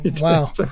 Wow